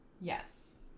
yes